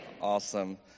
Awesome